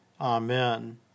Amen